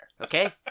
Okay